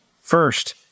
first